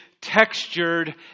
textured